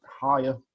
higher